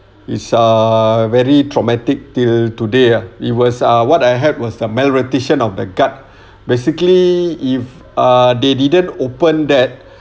it's uh very traumatic till today ah it was ah what I had was the malrotation of the gut basically if ah they didn't open that